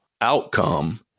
outcome